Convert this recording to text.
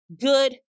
good